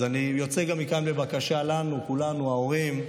אז אני יוצא גם מכאן בבקשה אלינו, כולנו, ההורים,